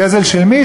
גזל של מי?